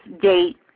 date